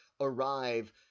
arrive